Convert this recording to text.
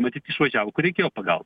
matyt išvažiavo kur reikėjo pagal